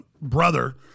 brother